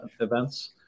events